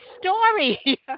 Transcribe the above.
story